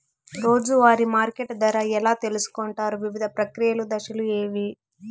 రోజూ వారి మార్కెట్ ధర ఎలా తెలుసుకొంటారు వివిధ ప్రక్రియలు దశలు ఏవి?